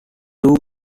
two